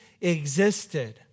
existed